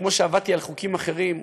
שכמו שעבדתי על חוקים אחרים,